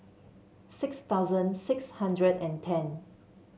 six thousand six hundred and ten